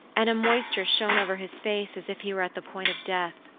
and a moisture shone over his face, as if he were at the point of death.